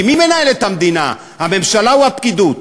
כי מי מנהל את המדינה, הממשלה או הפקידוּת?